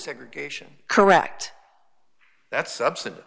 segregation correct that's absurd